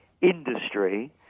industry